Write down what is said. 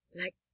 Like